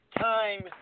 time